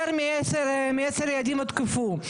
יותר מעשרה ילדים הותקפו,